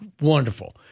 wonderful